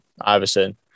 Iverson